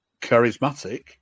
charismatic